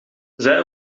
zij